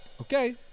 Okay